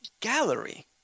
Gallery